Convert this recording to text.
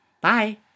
Bye